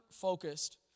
focused